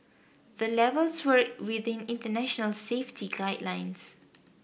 the levels were within international safety guidelines